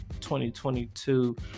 2022